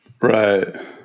Right